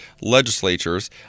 legislatures